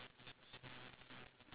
got two pin two pinball